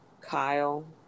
Kyle